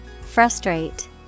Frustrate